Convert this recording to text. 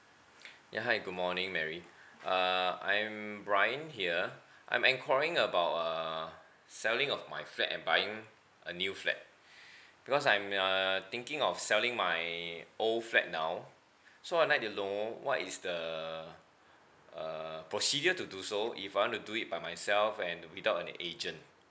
ya hi good morning marry uh I'm brian here I'm enquiring about uh selling of my flat and buying a new flat because I'm uh thinking of selling my old flat now so I like to know what is the uh procedure to do so if I want to do it by myself and without an agent